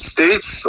States